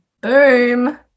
Boom